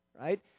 right